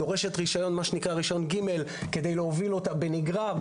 דורשת רישיון ג' כדי להוביל אותה בנגרר,